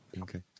okay